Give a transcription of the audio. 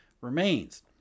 remains